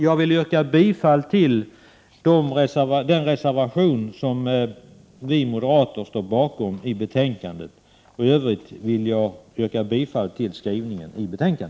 Jag yrkar bifall till den reservation som vi moderater står bakom i betänkandet. I övrigt vill jag yrka bifall till utskottets hemställan.